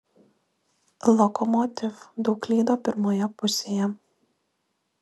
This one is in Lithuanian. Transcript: lokomotiv daug klydo pirmoje pusėje